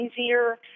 easier